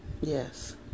Yes